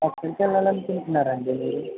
శ్రీశైలంలోనే ఉంటున్నారా అండీ మీరు